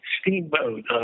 Steamboat